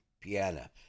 piano